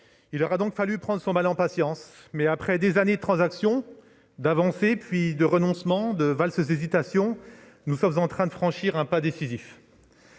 il aura fallu prendre son mal en patience, mais après des années de transactions, d'avancées puis de renoncements, de valses-hésitations, nous sommes en train de franchir un pas décisif.